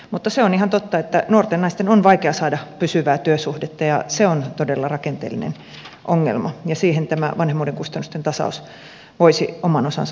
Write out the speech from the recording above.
mutta se on ihan totta että nuorten naisten on vaikea saada pysyvää työsuhdetta ja se on todella rakenteellinen ongelma ja siinä tämä vanhemmuuden kustannusten tasaus voisi omalta osaltaan auttaa